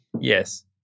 Yes